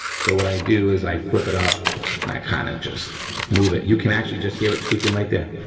so what i do is i flip it up and i kind of just move it. you can actually just hear it squeaking right there.